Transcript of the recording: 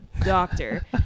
doctor